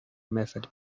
method